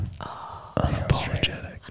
unapologetic